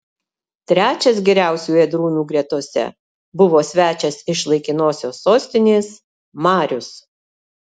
trečias geriausių ėdrūnų gretose buvo svečias iš laikinosios sostinės marius